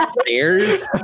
stairs